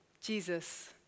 Jesus